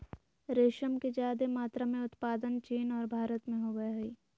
रेशम के ज्यादे मात्रा में उत्पादन चीन और भारत में होबय हइ